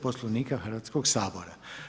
Poslovnika Hrvatskoga sabora.